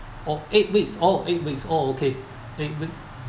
or eight weeks oh eight weeks oh okay eight weeks